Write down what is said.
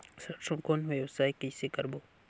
सरसो कौन व्यवसाय कइसे करबो?